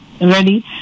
ready